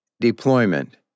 Deployment